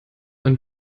ein